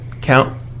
count